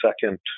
second